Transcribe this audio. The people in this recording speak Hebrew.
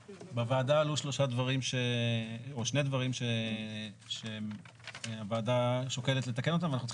בוועדה עלו שני דברים שהוועדה שוקלת לתקן אותם ואנחנו צריכים